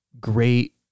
great